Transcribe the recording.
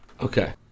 Okay